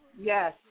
Yes